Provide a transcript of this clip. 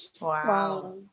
wow